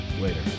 Later